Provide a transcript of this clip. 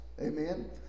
Amen